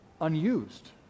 unused